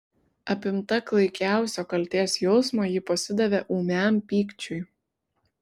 apimta klaikiausio kaltės jausmo ji pasidavė ūmiam pykčiui